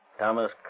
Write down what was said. Thomas